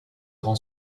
rend